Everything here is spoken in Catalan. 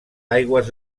aigües